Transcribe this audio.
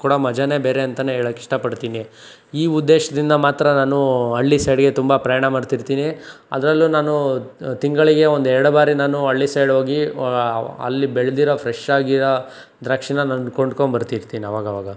ಕೊಡೊ ಮಜಾನೆ ಬೇರೆ ಅಂತಲೇ ಹೇಳೋಕೆ ಇಷ್ಟಪಡ್ತೀನಿ ಈ ಉದ್ದೇಶದಿಂದ ಮಾತ್ರ ನಾನು ಹಳ್ಳಿ ಸೈಡಿಗೆ ತುಂಬ ಪ್ರಯಾಣ ಮಾಡ್ತಿರ್ತೀನಿ ಅದರಲ್ಲೂ ನಾನು ತಿಂಗಳಿಗೆ ಒಂದು ಎರಡು ಬಾರಿ ನಾನು ಹಳ್ಳಿ ಸೈಡ್ ಹೋಗಿ ಅಲ್ಲಿ ಬೆಳೆದಿರೊ ಫ್ರೆಶಾಗಿರೊ ದ್ರಾಕ್ಷಿನ ನಾನು ಕೊಂಡ್ಕೊಂಡು ಬರ್ತಿರ್ತೀನಿ ಅವಾಗವಾಗ